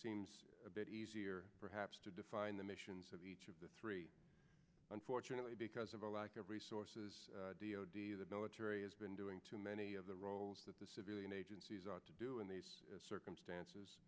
seems a bit easier perhaps to define the missions of each of the three unfortunately because of a lack of resources the military has been doing too many of the roles that the civilian agencies ought to do in these circumstances